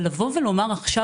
אבל לבוא ולומר עכשיו,